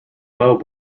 bell